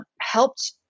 helped